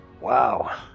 Wow